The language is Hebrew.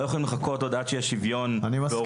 לא יכולים לחכות עוד עד שיהיה שוויון בהורות.